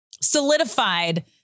solidified